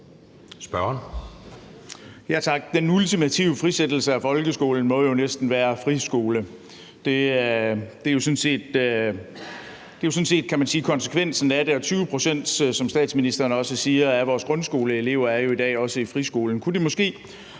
Bach (LA): Tak. Den ultimative frisættelse af folkeskolen må jo næsten være friskole. Det er jo sådan set, kan man sige, konsekvensen af det. 20 pct., som statsministeren også siger, af vores grundskoleelever er jo i dag i friskolen. Nu, når